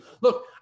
look